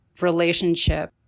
relationship